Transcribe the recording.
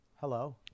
Hello